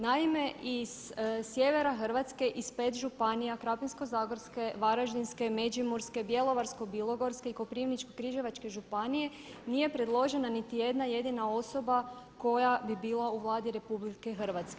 Naime, iz sjevera Hrvatske, iz 5 županija Krapinsko-zagorske, Varaždinske, Međimurske, Bjelovarsko-bilogorske i Koprivničko-križevačke županije nije predložena niti jedna jedina osoba koja bi bila u Vladi RH.